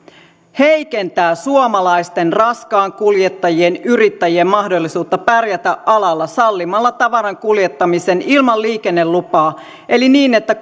heikentää suomalaisten raskaiden ajoneuvojen kuljettajien yrittäjien mahdollisuutta pärjätä alalla sallimalla tavaran kuljettamisen ilman liikennelupaa eli niin että